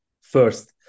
first